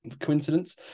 coincidence